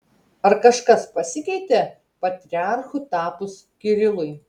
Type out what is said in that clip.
ar kažkas pasikeitė patriarchu tapus kirilui